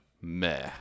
meh